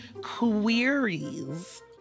queries